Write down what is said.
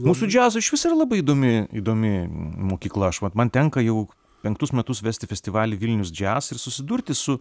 mūsų džiazo išvis yra labai įdomi įdomi mokykla aš vat man tenka jau penktus metus vesti festivalį vilnius džiaz ir susidurti su